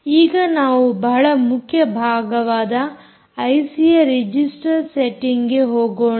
ಈಗ ನಾವು ಬಹಳ ಮುಖ್ಯ ಭಾಗವಾದ ಐಸಿಯ ರಿಜಿಸ್ಟರ್ ಸೆಟ್ಟಿಂಗ್ಗೆ ಹೋಗೋಣ